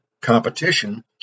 competition